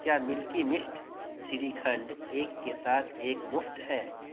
کیا ملکی مسٹ شری کھنڈ ایک کے ساتھ ایک مفت ہے